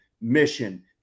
mission